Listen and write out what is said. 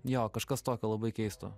jo kažkas tokio labai keisto